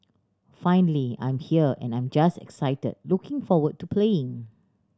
finally I'm here and I'm just excited looking forward to playing